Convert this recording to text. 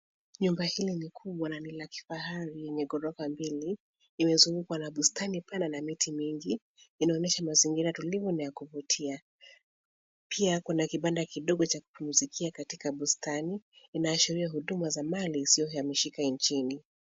Nyumba hii ni kubwa na ni la kifahari lenye ghorofa mbili. Imezungukwa na bustani kala na miti mingi. Inaonesha mazingira tulivu na ya kuvutia . Pia, kuna kibanda kidogo cha kupumzikia katika bustani. Inaashiria huduma za mali isiyohamishika nchini.